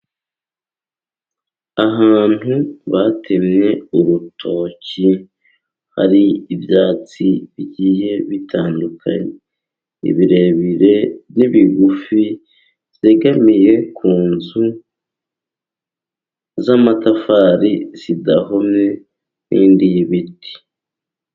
Ahantu batemye urutoki hari ibyatsi bigiye bitandukanye. Ibirebire n'ibigufi byegamiye ku nzu z'amatafari zidahomye n'indi y'ibiti.